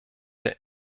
der